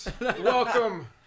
Welcome